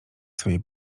swej